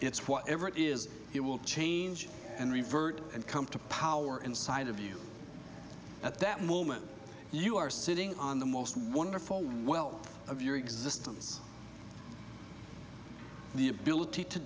it is it will change and revert and come to power inside of you at that moment you are sitting on the most wonderful wealth of your existence the ability to